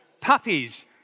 Puppies